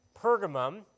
Pergamum